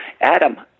Adam